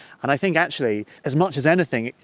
and i think actually, as much as anything,